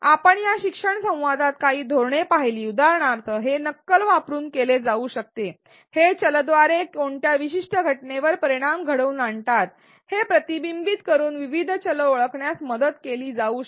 आपण या शिक्षण संवादात काही धोरणे पाहिली उदाहरणार्थ हे नक्कल वापरुन केले जाऊ शकते हे चलद्वारे कोणत्या विशिष्ट घटनेवर परिणाम घडवून आणतात हे प्रतिबिंबित करून विविध चल ओळखण्यास मदत केली जाऊ शकते